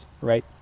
right